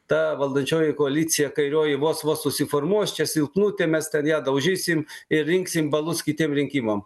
ta valdančioji koalicija kairioji vos vos susiformuos čia silpnutė mes ten ją daužysim ir rinksim balus kitiem rinkimam